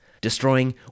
destroying